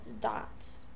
Dots